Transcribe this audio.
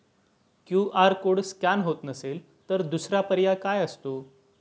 QR code scan होत नसेल तर दुसरा पर्याय काय असतो?